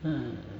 hmm